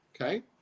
okay